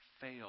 fail